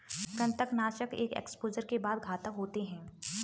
कृंतकनाशक एक एक्सपोजर के बाद घातक होते हैं